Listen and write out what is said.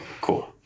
Cool